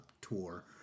tour